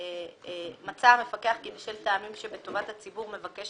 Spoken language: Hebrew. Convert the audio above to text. "מצא המפקח כי בשל טעמים שבטובת הציבור מבקש